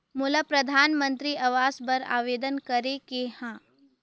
मोला परधानमंतरी आवास बर आवेदन करे के हा?